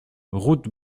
route